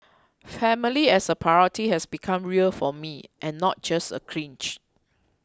family as a priority has become real for me and not just a cliche